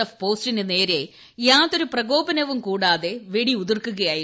F പോസ്റ്റിനുനേരെ യാതൊരു പ്രകോപനവും വെടിയുതിർക്കുകയായിരുന്നു